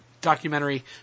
documentary